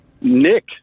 Nick